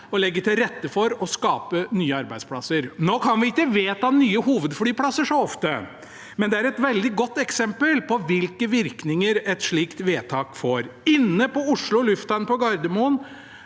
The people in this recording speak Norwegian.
å legge til rette for og skape nye arbeidsplasser. Vi kan ikke vedta nye hovedflyplasser så ofte, men det er et veldig godt eksempel på hvilke virkninger et slikt vedtak får. Inne på Oslo lufthavn på Gardermoen